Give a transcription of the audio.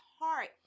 heart